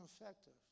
effective